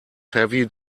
heavy